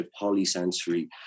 polysensory